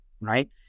Right